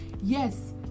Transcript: yes